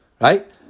Right